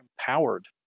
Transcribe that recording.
empowered